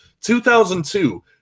2002